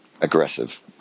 aggressive